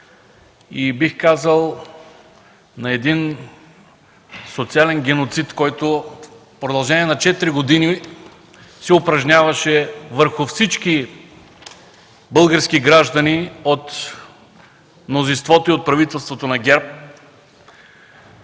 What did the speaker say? – бих казал, на един социален геноцид, който в продължение на четири години се упражняваше върху всички български граждани от мнозинството и от правителството на ГЕРБ